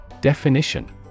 Definition